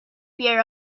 fear